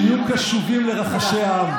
שיהיו קשובים לרחשי העם.